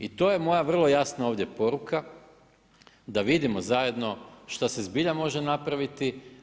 I to je moja vrlo jasna ovdje poruka da vidimo zajedno šta se zbilja može napraviti.